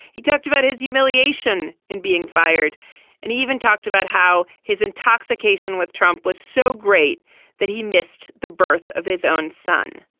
he talked about his humiliation in being fired and even talked about how his intoxication with trump was so great that he missed the birth of his own son.